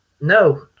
No